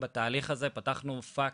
בתהליך הזה פתחנו פקס,